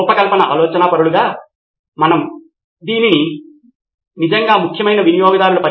సిద్ధార్థ్ మాతురి ఈ పరిస్థితిలో మనము ఒక నిర్వాహకుడిని కలిగి ఉన్నాము అతను సమాచార సమీక్ష బృందాన్ని నిర్వహిస్తున్నాడు